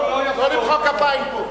לא למחוא כפיים פה.